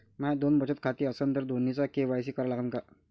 माये दोन बचत खाते असन तर दोन्हीचा के.वाय.सी करा लागन का?